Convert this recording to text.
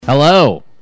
Hello